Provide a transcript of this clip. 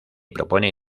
propone